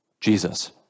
Jesus